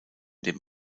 dem